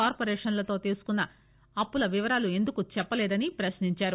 కార్పొరేషన్లతో తీసుకున్న అప్పుల వివరాలు ఎందుకు చెప్పలేదని ప్రశ్నించారు